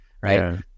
right